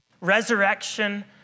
resurrection